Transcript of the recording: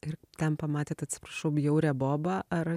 ir ten pamatėt atsiprašau bjaurią bobą ar